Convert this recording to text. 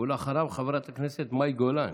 ואחריו, חברת הכנסת מאי גולן,